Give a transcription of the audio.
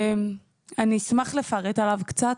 אני אשמח לפרט עליו קצת.